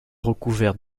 recouverte